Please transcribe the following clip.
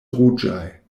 ruĝaj